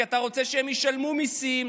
כי אתה רוצה שהם ישלמו מיסים,